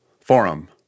Forum